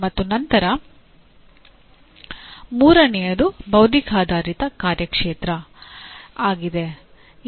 ಮತ್ತು ನಂತರ ಮೂರನೆಯದು ಬೌದ್ಧಿಕಾಧಾರಿತ ಕಾರ್ಯಕ್ಷೇತ್ರ ಆಗಿದೆ